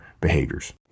behaviors